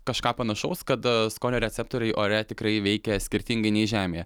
kažką panašaus kad skonio receptoriai ore tikrai veikia skirtingai nei žemėje